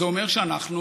זה אומר שאנחנו